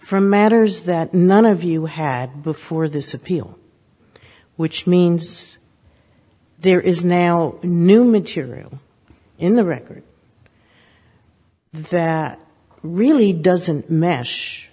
from matters that none of you had before this appeal which means there is now a new material in the record that really doesn't m